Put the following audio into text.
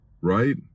Right